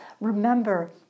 Remember